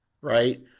right